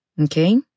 Okay